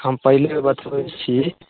हम पहिले बतबै छी